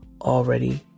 already